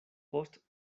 post